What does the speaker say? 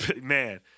man